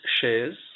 shares